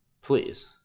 Please